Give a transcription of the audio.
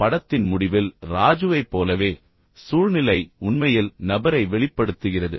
படத்தின் முடிவில் ராஜுவைப் போலவே சூழ்நிலை உண்மையில் நபரை வெளிப்படுத்துகிறது